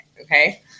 Okay